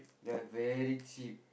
ya very cheap